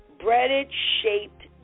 Breaded-shaped